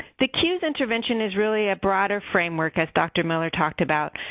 the cues intervention is really a broader framework, as dr. miller talked about,